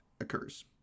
occurs